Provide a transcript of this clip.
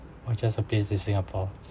or just a place in singapore